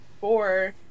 four